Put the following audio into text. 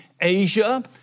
Asia